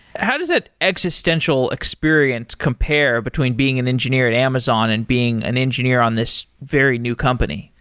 how does that existential experience compare between being an engineer at amazon and being an engineer on this very new company?